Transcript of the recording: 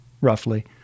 roughly